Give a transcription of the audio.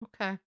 Okay